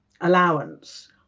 allowance